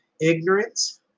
ignorance